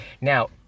Now